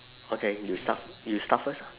okay you start you start first